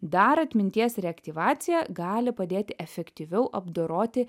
dar atminties reaktyvacija gali padėti efektyviau apdoroti